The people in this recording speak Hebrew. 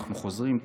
אנחנו חוזרים,